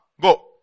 Go